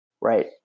right